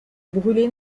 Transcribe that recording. brûlés